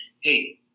hey